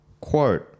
Quote